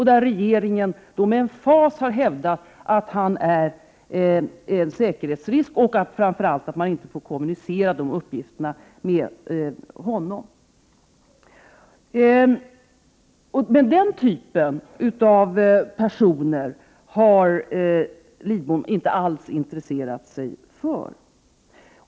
Men regeringen har med emfas hävdat att Leander är en säkerhetsrisk och att man framför allt inte får kommunicera om de uppgifterna med honom. Den typen av personer har Carl Lidbom alltså inte alls intresserat sig för.